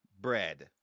bread